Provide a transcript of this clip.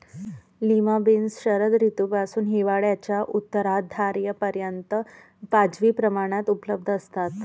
lima beans शरद ऋतूपासून हिवाळ्याच्या उत्तरार्धापर्यंत वाजवी प्रमाणात उपलब्ध असतात